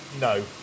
no